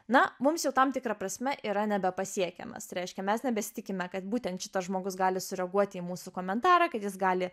na mums jau tam tikra prasme yra nebepasiekiamas tai reiškia mes nebesitikime kad būtent šitas žmogus gali sureaguoti į mūsų komentarą kad jis gali